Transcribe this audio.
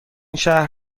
شهر